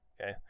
okay